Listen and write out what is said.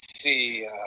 see